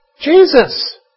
Jesus